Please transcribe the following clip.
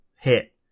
hit